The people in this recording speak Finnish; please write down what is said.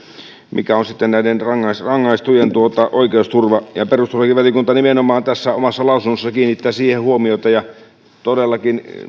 mikä on sitten näiden rangaistujen oikeusturva perustuslakivaliokunta nimenomaan tässä omassa lausunnossaan kiinnittää siihen huomiota ja todellakin